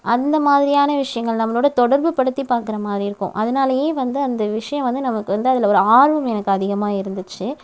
அந்தமாதிரியான விசயங்கள் நம்மளோடத் தொடர்பு படுத்திப் பார்க்குறமாரி இருக்கும் அதனாலயே வந்து அந்த விஷயம் வந்து நமக்கு வந்து அதில் ஒரு ஆர்வம் எனக்கு அதிகமாக இருந்திச்சு